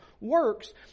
works